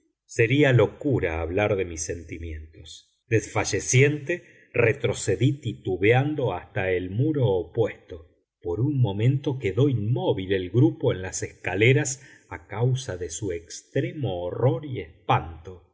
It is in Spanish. sería locura hablar de mis sentimientos desfalleciente retrocedí titubeando hasta el muro opuesto por un momento quedó inmóvil el grupo en las escaleras a causa de su extremo horror y espanto